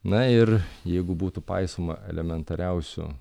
na ir jeigu būtų paisoma elementariausių